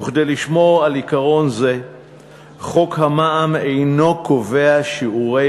וכדי לשמור על עיקרון זה חוק המע"מ אינו קובע שיעורי